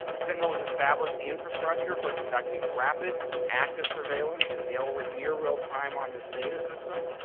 sentinel has established the infrastructure for conducting rapid active surveillance in near near real-time on this data system,